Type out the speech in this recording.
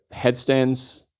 headstands